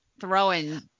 throwing